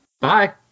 Bye